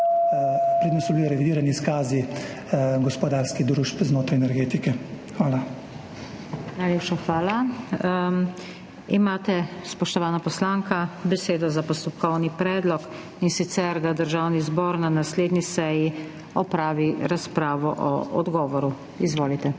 preden so bili revidirani izkazi gospodarskih družb znotraj energetike. Hvala. **PODPREDSEDNICA NATAŠA SUKIČ:** Najlepša hvala Imate, spoštovana poslanka, besedo za postopkovni predlog, in sicer, da Državni zbor na naslednji seji opravi razpravo o odgovoru. Izvolite.